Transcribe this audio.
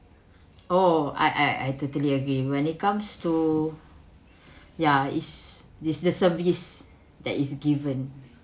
oh I I I totally agree when it comes to ya is this the service that is given